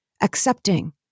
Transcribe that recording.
accepting